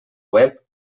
web